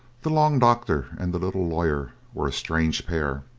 the long doctor and the little lawyer were a strange pair.